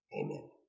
Amen